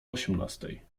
osiemnastej